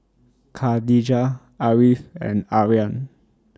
Khadija Ariff and Aryan